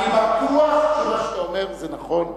אני בטוח שמה שאתה אומר זה נכון,